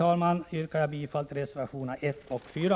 Med det anförda yrkar jag bifall till reservationerna 1 och 4.